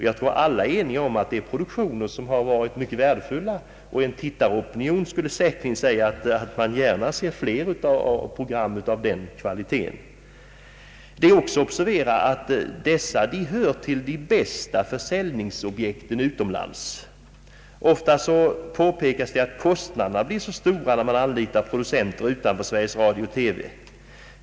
Jag tror att alla är eniga om att det har varit mycket värdefulla produktioner, och en tittaropinion skulle säkert säga att man gärna vill se flera program av den kvaliteten. Det är också att observera att dessa TV-program hör till våra bästa försäljningsobjekt utomlands. Ofta påpekas det att kostnaderna blir stora när man anlitar producenter utanför Sveriges Radio-TV.